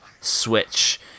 Switch